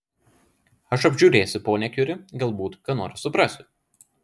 aš apžiūrėsiu ponią kiuri galbūt ką nors suprasiu